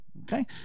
okay